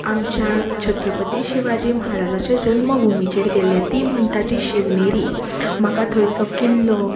आमच्या छत्रपती शिवाजी महाराजाच्या जन्मभुमिचेर गेल्लें ती म्हणटा ती शिवनेरी म्हाका थंयचो किल्लो